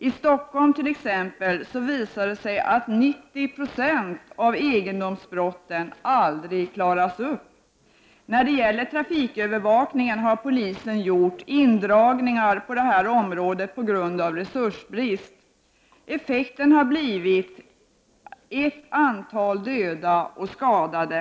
I t.ex. Stockholm visar det sig att 90 20 av egendomsbrotten aldrig klaras upp. När det gäller trafikövervakningen har polisen gjort indragningar på grund av resursbrist. Effekten har blivit ett antal döda och skadade.